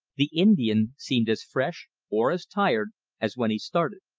the indian seemed as fresh or as tired as when he started.